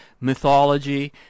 mythology